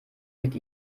mit